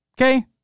Okay